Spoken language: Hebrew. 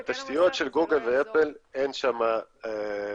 ובתשתיות של גול ואפל אין יכולת